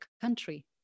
country